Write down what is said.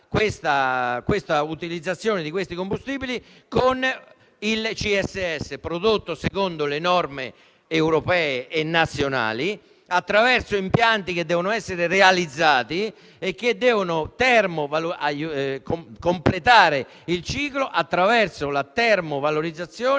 possibilità di sostituirne l'utilizzo con il CSS, prodotto secondo le norme europee e nazionali, attraverso impianti che devono essere realizzati e devono completare il ciclo attraverso la termovalorizzazione